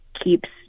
keeps